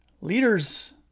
leaders